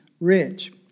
rich